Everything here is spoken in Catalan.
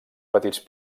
petits